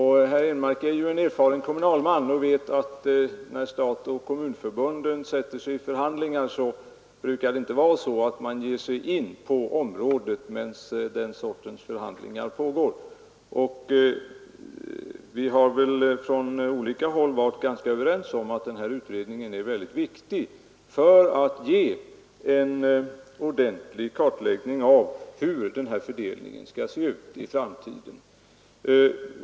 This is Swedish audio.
Herr Henmark är ju en erfaren kommunalman och han vet att när staten och kommunförbunden sätter sig i förhandlingar brukar man inte ge sig in på områden där den sortens utredningar pågår. Vi har väl från olika håll varit ganska överens om att den här utredningen är väldigt viktig för att man skall få en ordentlig kartläggning av hur fördelningen skall göras i framtiden.